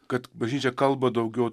kad bažnyčia kalba daugiau